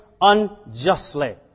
unjustly